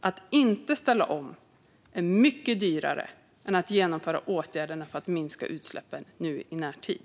Att inte ställa om är mycket dyrare än att genomföra åtgärderna för att minska utsläppen i närtid.